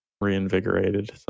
reinvigorated